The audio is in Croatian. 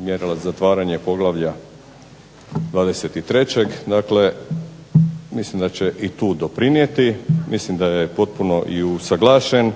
mjerila zatvaranje poglavlja 23. dakle mislim da će i tu doprinijeti i mislim da je potpuno usuglašen,